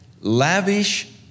lavish